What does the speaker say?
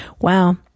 Wow